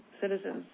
citizens